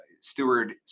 steward